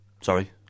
Sorry